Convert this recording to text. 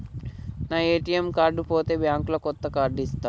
నా ATM card పోతే bank లో కొత్త కార్డు ఇస్తరా?